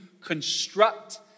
construct